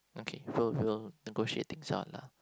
okay so we will negotiate things out lah